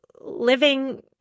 living